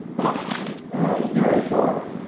but it's very short.